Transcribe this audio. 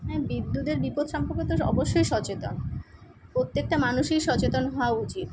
আমি বিদ্যুতের বিপদ সম্পকে তো অবশ্যই সচেতন পোত্যেকটা মানুষই সচেতন হওয়া উচিত